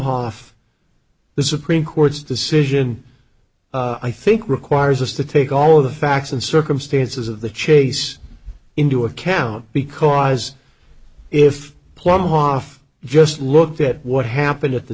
hof the supreme court's decision i think requires us to take all of the facts and circumstances of the chase into account because if plumb off just looked at what happened at the